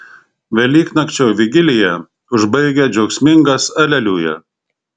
velyknakčio vigiliją užbaigia džiaugsmingas aleliuja